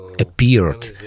appeared